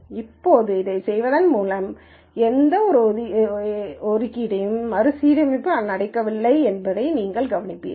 இப்போது இதைச் செய்வதன் மூலம் எந்தவொரு ஒதுக்கீட்டு மறுசீரமைப்பும் நடக்கவில்லை என்பதை நீங்கள் கவனித்திருப்பீர்கள்